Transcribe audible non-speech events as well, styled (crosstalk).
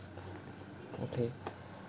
okay (breath)